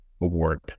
award